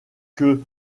que